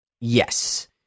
Yes